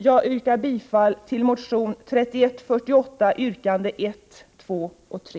Jag yrkar bifall till motion 3148 yrkandena 1,'2 och 3.